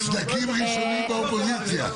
נתנהג באותה צורה,